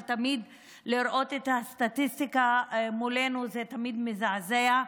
אבל לראות את הסטטיסטיקה מולנו זה תמיד מזעזע,